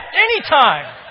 anytime